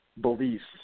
beliefs